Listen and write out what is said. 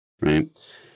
Right